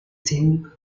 tim